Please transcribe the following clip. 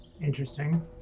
Interesting